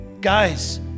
Guys